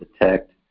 detect